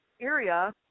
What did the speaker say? area